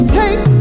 take